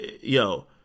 yo